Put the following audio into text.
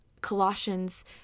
Colossians